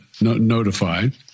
notified